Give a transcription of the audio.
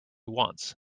once